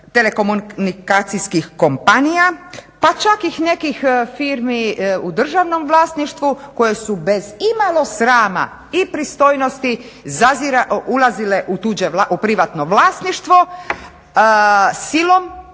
telekomunikacijskih kompanija. Pa čak i nekih firmi u državnom vlasništvu koje su bez imalo srama i pristojnosti ulazile u privatno vlasništvo silom,